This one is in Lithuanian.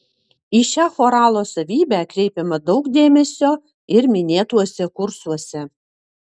į šią choralo savybę kreipiama daug dėmesio ir minėtuose kursuose